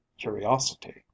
curiosity